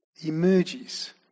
emerges